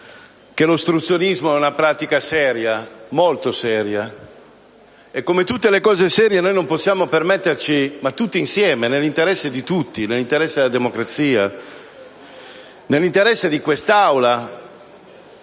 che l'ostruzionismo è una pratica seria, molto seria, e come tutte le cose serie noi, tutti insieme, nell'interesse di tutti, nell'interesse della democrazia, nell'interesse di quest'Assemblea,